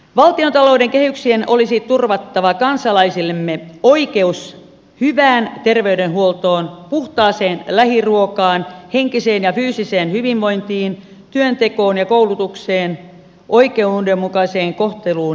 valtiontalouden kehyksien olisi turvattava kansalaisillemme oikeus hyvään terveydenhuoltoon puhtaaseen lähiruokaan henkiseen ja fyysiseen hyvinvointiin työntekoon ja koulutukseen oikeudenmukaiseen kohteluun elämässä